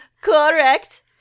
Correct